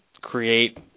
create